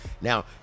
Now